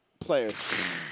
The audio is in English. Players